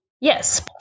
yes